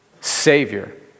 Savior